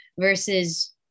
versus